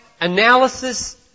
analysis